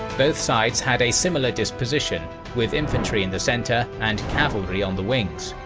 both sides had a similar disposition with infantry in the center and cavalry on the wings.